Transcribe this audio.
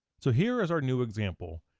so here is our new example,